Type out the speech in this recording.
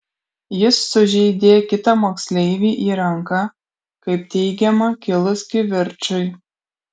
jis sužeidė kitą moksleivį į ranką kaip teigiama kilus kivirčui